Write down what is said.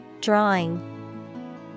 Drawing